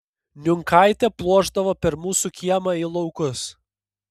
niunkaitė pluošdavo per mūsų kiemą į laukus